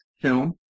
film